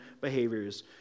behaviors